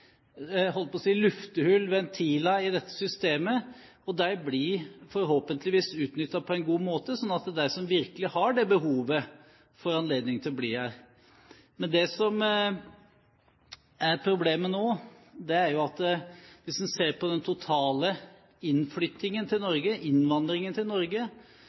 jeg holdt på å si – luftehull, ventiler i dette systemet, og de blir forhåpentligvis utnyttet på en god måte, slik at de som virkelig har det behovet, får anledning til å bli her. Men det som er problemet nå, er at hvis man ser på den totale innflyttingen til Norge, innvandringen til Norge,